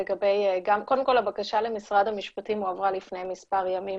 קודם כל הבקשה למשרד המשפטים הועברה לפני מספר ימים